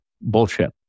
bullshit